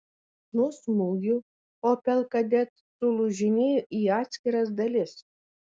nuo smūgių opel kadett sulūžinėjo į atskiras dalis